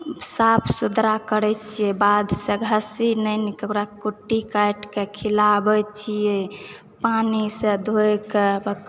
साफ सुतरा करै छियै बाध सऽ घास आनि कऽ ओकरा कुट्टी काटि कऽ खिलाबै छियै पानि सऽ धोय कऽ